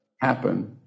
happen